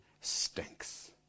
stinks